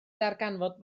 ddarganfod